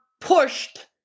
pushed